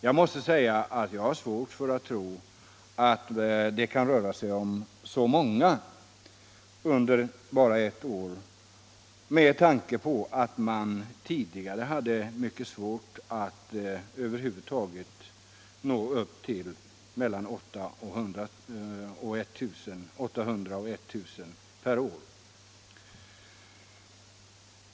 Jag måste säga att jag har svårt att tro att det kan röra sig om så många som 30 000 under bara ett år, med tanke på att man tidigare har haft mycket svårt att nå upp till mellan 800 och 1000 per år.